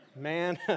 Man